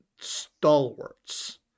stalwarts